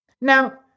Now